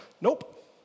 Nope